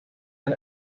del